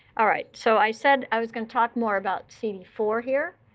ah right, so i said i was going to talk more about c d four here.